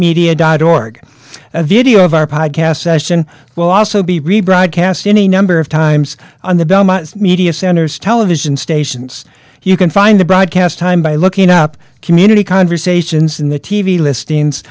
media dot org a video of our podcast session will also be rebroadcast any number of times on the media centers television stations you can find the broadcast time by looking up community conversations in the t v listings